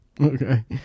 Okay